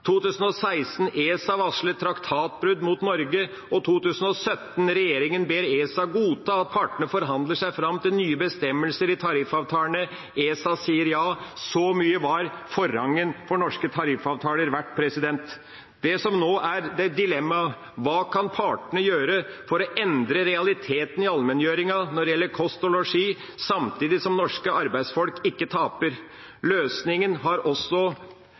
2016 varsler ESA traktatsbruddsak mot Norge. I 2017 ber regjeringa ESA godta at partene forhandler seg fram til nye bestemmelser i tariffavtalene. ESA sier ja. Så mye var forrangen for norske tariffavtaler verdt. Nå er dilemmaet: Hva kan partene gjøre for å endre realiteten i allmenngjøringen når det gjelder kost og losji, samtidig som norske arbeidsfolk ikke taper? Løsningen har også